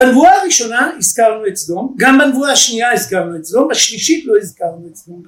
בנבואה הראשונה הזכרנו את סדום, גם בנבואה השנייה הזכרנו את סדום, בשלישית לא הזכרנו את סדום